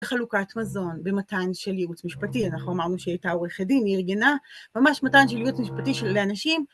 חלוקת מזון, במתן של ייעוץ משפטי. אנחנו אמרנו שהיא הייתה עורכת דין, היא ארגנה ממש מתן של ייעוץ משפטי לאנשים